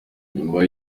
nyuma